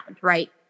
right